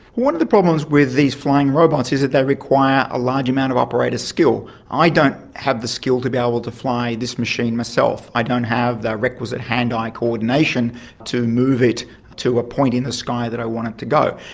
one of the problems with these flying robots is that they require a large amount of operator skill. i don't have the skill to be able to fly this machine myself, i don't have the requisite hand-eye coordination to move it to a point in the sky that i want it to go.